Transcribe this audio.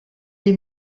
est